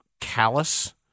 callous